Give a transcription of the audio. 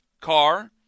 car